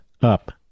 up